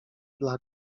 dla